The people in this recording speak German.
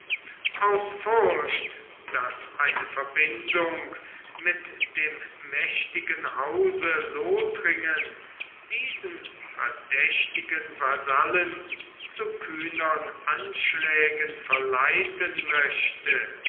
aus furcht daß eine verbindung mit dem mächtigen hause lothringen diesen verdächtigen vasallen zu kühnern anschlägen verleiten möchte